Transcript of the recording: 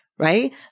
right